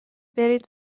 برید